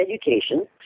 education